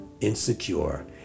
insecure